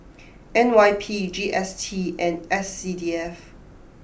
N Y P G S T and S C D F